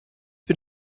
bin